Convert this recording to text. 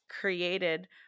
created